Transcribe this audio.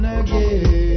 again